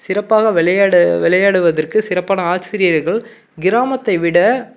சிறப்பாக விளையாட விளையாடுவதற்கு சிறப்பான ஆசிரியர்கள் கிராமத்தை விட